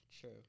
True